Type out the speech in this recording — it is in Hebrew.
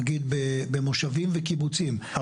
נגיד במושבים וקיבוצים.